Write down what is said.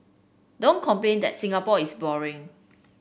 don't complain that Singapore is boring